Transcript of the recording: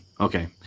Okay